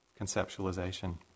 conceptualization